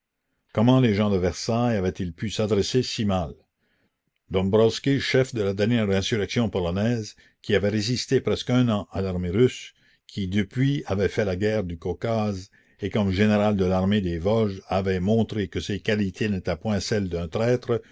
comment les gens de versailles avaient-ils pu s'adresser si mal dombwroski chef de la dernière insurrection polonaise qui avait résisté presque un an à l'armée russe qui depuis avait fait la guerre du caucase et comme général de l'armée des vosges avait montré que ses qualités n'étaient point celles d'un traître